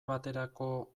baterako